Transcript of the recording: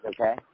okay